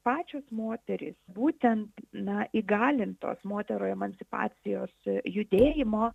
pačios moterys būtent na įgalintos moterų emancipacijos judėjimo